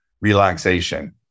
relaxation